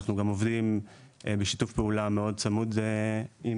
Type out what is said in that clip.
אנחנו גם עובדים בשיתוף פעולה מאוד צמוד עם